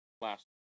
last